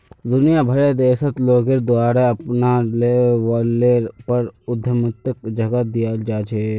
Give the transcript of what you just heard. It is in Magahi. दुनिया भरेर देशत लोगेर द्वारे अपनार लेवलेर पर उद्यमिताक जगह दीयाल जा छेक